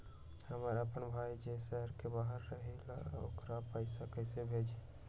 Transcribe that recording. हमर अपन भाई जे शहर के बाहर रहई अ ओकरा पइसा भेजे के चाहई छी